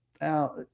Now